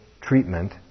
treatment